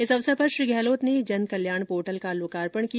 इस अवसर पर श्री गहलोत ने जन कल्याण पोर्टल का लोकार्पण किया